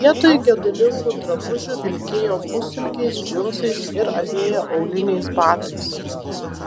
vietoj gedulingų drabužių vilkėjo pusilgiais džinsais ir avėjo auliniais batais